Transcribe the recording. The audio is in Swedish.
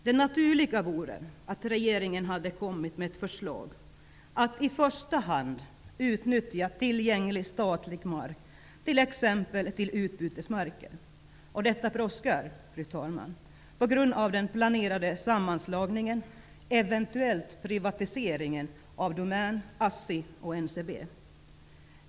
Det naturliga vore att regeringen kom med ett förslag, att i första hand utnyttja tillgänglig statlig mark, t.ex. till utbytesmarker. Detta brådskar, fru talman, på grund av den planerade sammanslagningen och den eventuella privatiseringen av Domän, Assi och NCB.